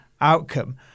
outcome